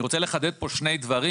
אני רוצה לחדד פה שני דברים.